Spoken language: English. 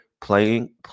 playing